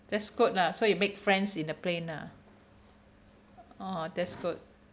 that's good lah so you make friends in the plane ah orh that's good